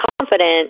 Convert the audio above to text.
confident